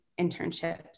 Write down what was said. internships